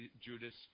Judas